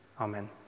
Amen